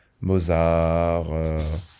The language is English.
Mozart